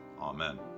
Amen